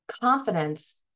Confidence